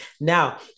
Now